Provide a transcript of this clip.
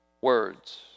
Words